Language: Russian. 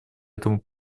этому